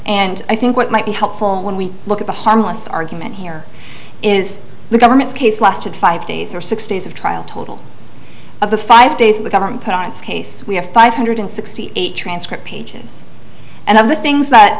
and i think what might be helpful when we look at the harmless argument here is the government's case lasted five days or six days of trial total of the five days of the government parents case we have five hundred sixty eight transcript pages and other things that